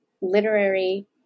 literary